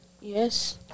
Yes